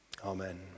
amen